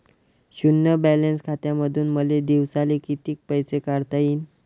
शुन्य बॅलन्स खात्यामंधून मले दिवसाले कितीक पैसे काढता येईन?